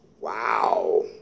Wow